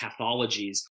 pathologies